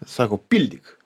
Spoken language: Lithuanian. sako pildyk